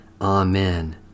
Amen